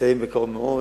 יסתיים בקרוב מאוד,